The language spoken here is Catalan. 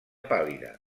pàl·lida